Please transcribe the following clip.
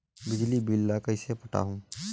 बिजली बिल ल कइसे पटाहूं?